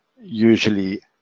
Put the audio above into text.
usually